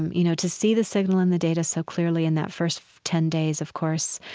and you know, to see the signal in the data so clearly in that first ten days, of course,